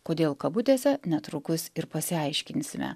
kodėl kabutėse netrukus ir pasiaiškinsime